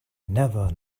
never